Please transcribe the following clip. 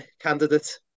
candidate